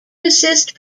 assist